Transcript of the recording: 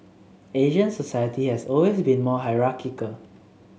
Asian society has always been more hierarchical